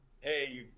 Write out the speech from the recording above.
hey